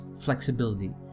flexibility